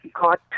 got